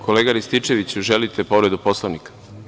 Kolega Rističeviću, želite li povredu Poslovnika?